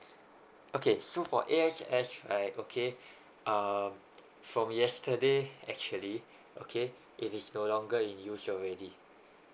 okay so for A_S_S right okay um from yesterday actually okay it is no longer in use already